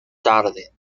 tarde